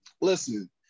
Listen